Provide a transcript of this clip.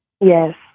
Yes